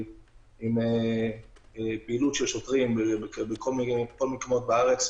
עם פעילות של שוטרים בכל מיני מקומות בארץ,